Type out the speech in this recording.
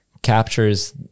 captures